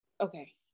Okay